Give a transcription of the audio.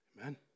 Amen